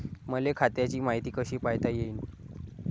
मले खात्याची मायती कशी पायता येईन?